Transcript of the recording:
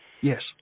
Yes